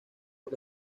por